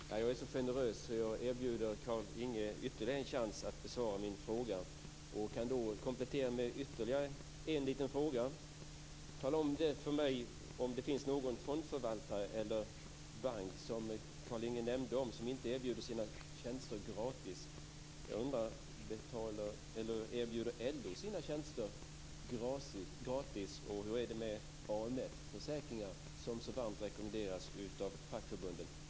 Herr talman! Jag är så generös att jag erbjuder Carlinge ytterligare en chans att besvara min fråga. Jag kan komplettera med ytterligare en liten fråga. Tala om för mig om det finns någon fondförvaltare eller bank, menade Carlinge, som erbjuder sina tjänster gratis? Jag undrar: Erbjuder LO sina tjänster sina tjänster gratis? Hur är det med AMF försäkringar, som så varmt rekommenderas av fackförbunden?